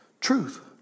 truth